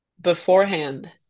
beforehand